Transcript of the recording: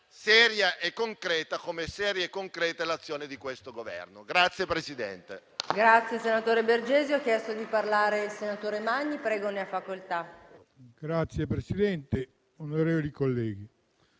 seria e concreta, come seria e concreta è l'azione di questo Governo.